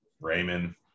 Raymond